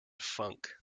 funk